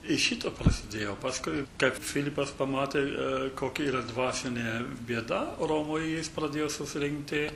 iš šito prasidėjo paskui kad filipas pamatė kokia yra dvasinė bėda romoje jis pradėjo surinkti